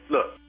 Look